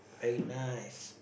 very nice